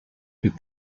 but